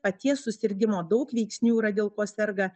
paties susirgimo daug veiksnių yra dėl ko serga